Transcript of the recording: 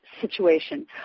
situation